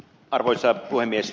arvoisa puhemies